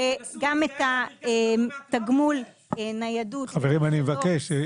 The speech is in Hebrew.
חברים, אני מבקש.